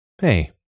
Hey